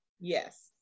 yes